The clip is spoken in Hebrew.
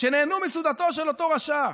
"שנהנו מסעודתו של אותו רשע",